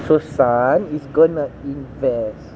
so sun is going to invest